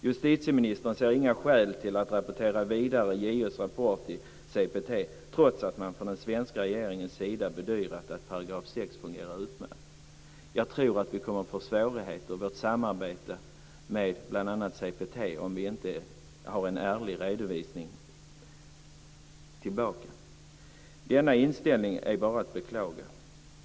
Justitieministern ser inga skäl till att vidareförmedla JO:s rapport till CPT, trots att man från den svenska regeringens sida bedyrat att 6 § fungerar utmärkt. Jag tror att vi kommer att få svårigheter i vårt samarbete med bl.a. CPT om vi inte har en ärlig redovisning. Denna inställning är bara att beklaga.